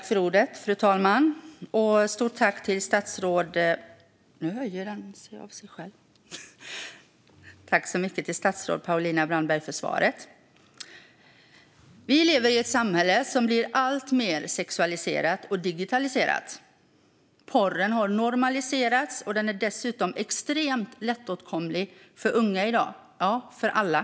Fru talman! Jag riktar ett stort tack till statsrådet Paulina Brandberg för svaret. Vi lever i ett samhälle som blir alltmer sexualiserat och digitaliserat. Porren har normaliserats, och den är dessutom extremt lättåtkomlig för unga i dag - ja, för alla.